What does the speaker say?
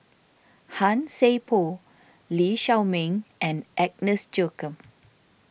Han Sai Por Lee Shao Meng and Agnes Joaquim